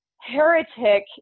heretic